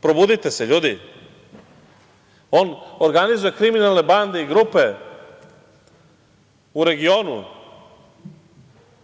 Probudite se ljudi. On organizuje kriminalne bande i grupe u regionu